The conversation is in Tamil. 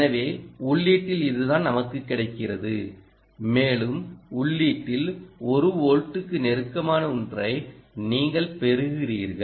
எனவே உள்ளீட்டில் இதுதான் நமக்குக் கிடைக்கிறது மேலும் உள்ளீட்டில் 1 வோல்ட்டுக்கு நெருக்கமான ஒன்றை நீங்கள் பெறுகிறீர்கள்